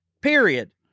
Period